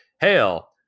Hail